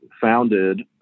founded